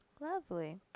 Lovely